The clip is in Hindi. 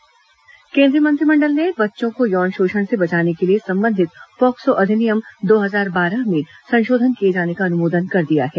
मंत्रिमंडल पॉक्सो अधिनियम केंद्रीय मंत्रिमंडल ने बच्चों को यौन शोषण से बचाने के लिए संबंधित पॉक्सो अधिनियम दो हजार बारह में संशोधन किए जाने का अनुमोदन कर दिया है